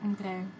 okay